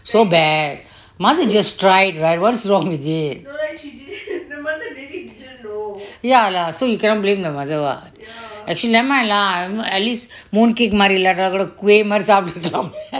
so bad mother just tried right what's wrong with it ya lah so you cannot blame her mother [what] actually never mind lah at least mooncake மாதிரி இல்லாட்டியும்:mathiri illattiyum kuih மாதிரி சாப்ட்டுக்குட்டோம்:mathiri sapthukittom